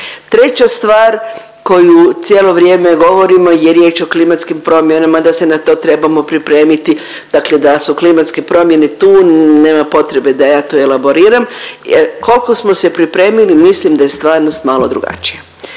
Treća stvar koju cijelo vrijeme govorimo je riječ o klimatskim promjenama, da se na to trebamo pripremiti, dakle da su klimatske promjene tu. Nema potrebe da ja to elaboriram. Koliko smo se pripremili mislim da je stvarnost malo drugačija.